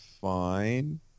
fine